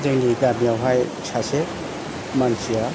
जोंनि गामियावहाय सासे मानसिया